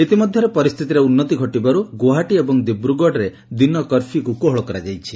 ଇତିମଧ୍ୟରେ ପରିସ୍ଥିତିରେ ଉନ୍ନତି ଘଟିବାରୁ ଗୁଆହାଟି ଏବଂ ଦିବ୍ରଗଡ଼ରେ ଦିନ କର୍ଫ୍ୟୁକ୍ କୋହଳ କରାଯାଇଛି